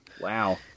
Wow